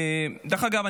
דרך אגב,